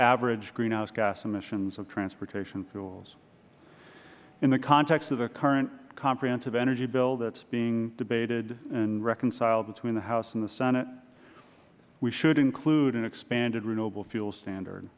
average greenhouse gas emissions of transportation fuels in the context of the current comprehensive energy bill that is being debated and reconciled between the house and the senate we should include an expanded renewable fuels standard